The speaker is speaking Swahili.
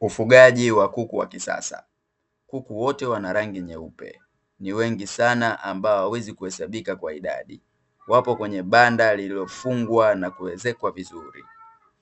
Ufugaji wa kuku wa kisasa. Kuku wote wana rangi nyeupe, ni wengi sana ambao hawawezi kuhesabika kwa idadi, wapo kwenye banda lililofungwa na kuezekwa vizuri,